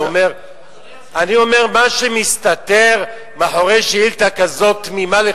אני אומר: מה שמסתתר מאחורי שאילתא תמימה כזאת,